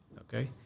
Okay